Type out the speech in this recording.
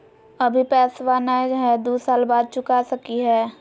अभि पैसबा नय हय, दू साल बाद चुका सकी हय?